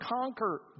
conquer